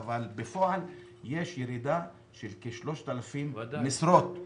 אבל בפועל יש ירידה של כ-3,000 משרות.